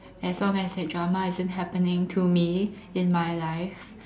as long as that drama isn't happening to me in my life